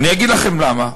אגיד לכם למה.